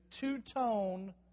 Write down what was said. two-tone